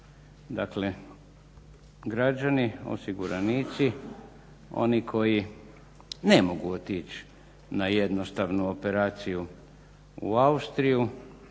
Dakle, građani, osiguranici oni koji ne mogu otići na jednostavnu operaciju u Austriju,